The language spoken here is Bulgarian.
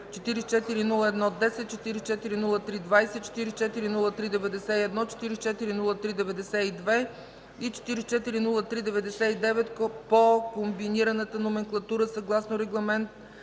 440110, 440320, 440391, 440392 и 440399 по Комбинираната номенклатура съгласно Регламент